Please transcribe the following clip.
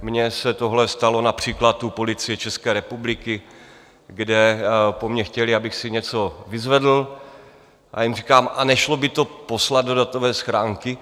Mně se tohle stalo například u Policie České republiky, kde po mně chtěli, abych si něco vyzvedl, a já jim říkám: A nešlo by to poslat do datové schránky?